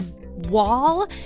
wall